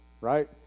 right